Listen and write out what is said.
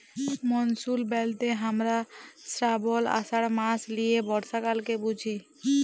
monsoon ব্যলতে হামরা শ্রাবল, আষাঢ় মাস লিয়ে বর্ষাকালকে বুঝি